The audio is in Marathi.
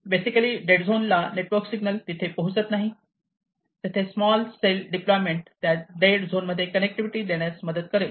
बेसिकली डेड झोन ला नेटवर्क सिग्नल तिथे पोहोचत नाहीत तेथे स्मॉल सेल डिप्लोयमेंट त्या डेड झोन मध्ये कनेक्टिव्हिटी देण्यास मदत करेल